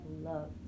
love